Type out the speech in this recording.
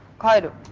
kind of